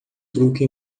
truque